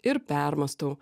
ir permąstau